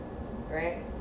right